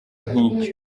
nk’icyo